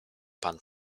pan